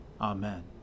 Amen